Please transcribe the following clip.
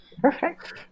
Perfect